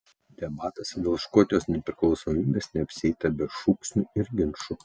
debatuose dėl škotijos nepriklausomybės neapsieita be šūksnių ir ginčų